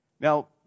Now